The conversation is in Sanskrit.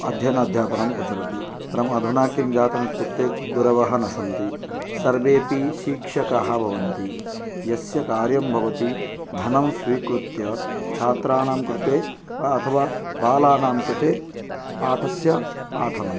अध्ययन अध्यापनं प्रचलति परम् अधुना किं जातं इत्युक्ते गुरवः न सन्ति सर्वेऽपि शिक्षकाः भवन्ति यस्य कार्यं भवति धनं स्वीकृत्य छात्राणां कृते अथवा बालानां कृते पाठस्य पाठनं